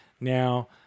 now